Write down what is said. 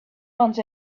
want